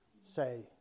say